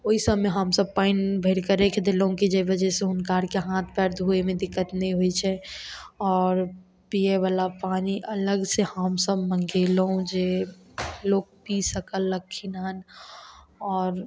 ओहिसबमे हमसब पानि भरिकए रखि देलहुॅं कि जे वजह से हुनका आरके हाथ पएर धोअमे दिक्कत नहि होइ छै आओर पीयैबला पानि अलग से हमसब मङ्गेलहुॅं जे लोक पी सकल लक्ष्य मानि आओर